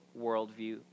worldview